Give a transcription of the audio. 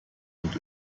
und